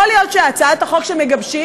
יכול להיות שהצעת החוק שמגבשים,